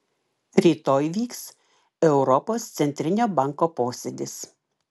rytoj vyks europos centrinio banko posėdis